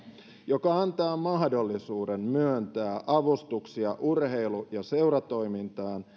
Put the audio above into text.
joka antaa mahdollisuuden myöntää avustuksia urheilu ja seuratoimintaan